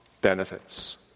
benefits